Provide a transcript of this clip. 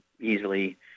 easily